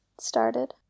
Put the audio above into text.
started